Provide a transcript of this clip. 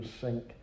sink